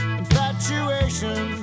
infatuation